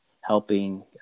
helping